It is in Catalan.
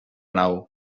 nau